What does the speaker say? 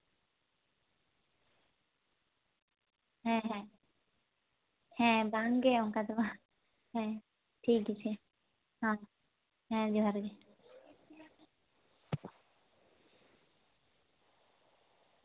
ᱦᱮᱸ ᱦᱮᱸ ᱦᱮᱸ ᱵᱟᱝᱜᱮ ᱚᱱᱠᱟ ᱫᱚ ᱵᱟᱝ ᱦᱮᱸ ᱴᱷᱤᱠ ᱟᱪᱷᱮ ᱦᱮᱸ ᱦᱮᱸ ᱡᱚᱦᱟᱨ ᱜᱮ